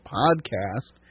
podcast